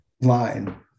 line